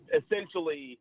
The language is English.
essentially –